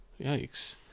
Yikes